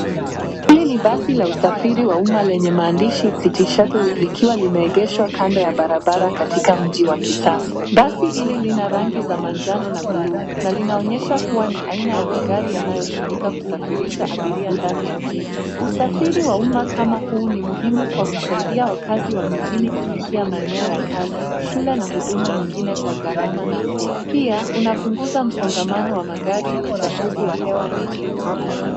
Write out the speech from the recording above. Hili ni basi la usafiri wa umma lenye maandishi City Shuttle likiwa limeegeshwa kando ya barabara katika mji wa kisasa. Basi hili lina rangi za manjano na bluu na linaonyesha kua ni aina ya magari yanayotumika kusafirisha abiria ndani ya jiji. Usafiri wa umma kama huu ni muhimu kwa kusaidia wakazi wa mijini kufikia maeneo ya kazi, shule na huduma nyingine kwa gharama nafuu. Pia unapunguza msongamano wa magari na uchafuzi wa hewa mijini.